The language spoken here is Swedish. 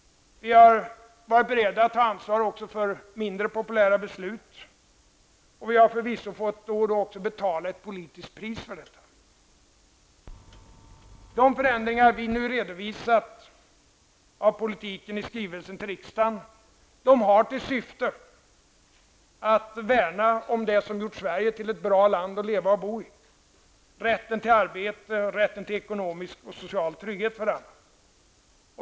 Vi har varit beredda att ta ansvar också för mindre populära beslut, och vi har förvisso fått betala ett politiskt pris för detta. De förändringar av politiken som vi nu redovisar i skrivelsen till riksdagen har till syfte att värna om det som har gjort Sverige till ett bra land att leva och bo i: rätten till arbete, rätten till ekonomisk och social trygghet för alla.